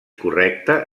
correcte